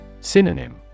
Synonym